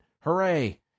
Hooray